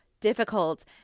difficult